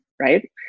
right